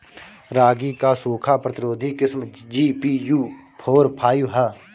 रागी क सूखा प्रतिरोधी किस्म जी.पी.यू फोर फाइव ह?